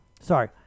Sorry